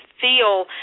feel